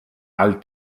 all